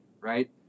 Right